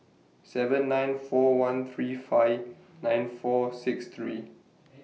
seven nine four one three five nine four six three